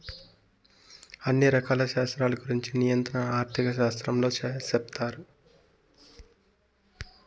అన్ని రకాల శాస్త్రాల గురుంచి నియంత్రణ ఆర్థిక శాస్త్రంలో సెప్తారు